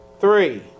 three